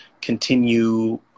continue